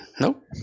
Nope